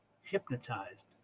hypnotized